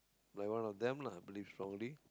like one of them lah believe strongly